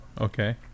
Okay